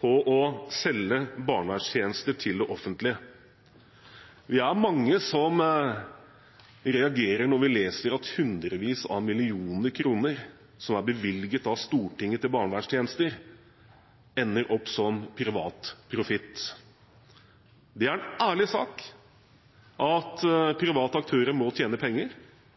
på å selge barnevernstjenester til det offentlige. Vi er mange som reagerer når vi leser at hundrevis av millioner kroner som er bevilget av Stortinget til barnevernstjenester, ender opp som privat profitt. Det er en ærlig sak at private aktører må tjene penger,